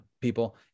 people